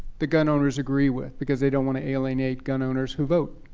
the gun owners agree with. because they don't want to alienate gun owners who vote.